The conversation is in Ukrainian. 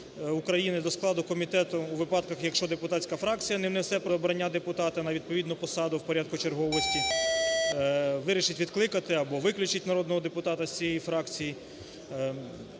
України до складу комітету у випадках, якщо депутатська фракція не внесе пропозицій щодо обрання депутата на відповідну посаду в порядку черговості: вирішить відкликати або виключить народного депутата з цієї фракції.